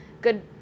good